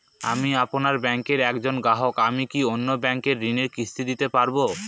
আমি আপনার ব্যাঙ্কের একজন গ্রাহক আমি কি অন্য ব্যাঙ্কে ঋণের কিস্তি দিতে পারবো?